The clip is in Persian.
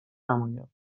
نمایم